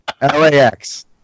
LAX